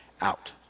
out